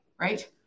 Right